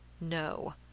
No